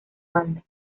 banda